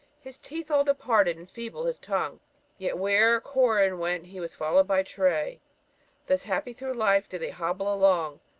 his teeth all departed, and feeble his tongue yet where'er corin went he was follow'd by tray thus happy through life did they hobble along.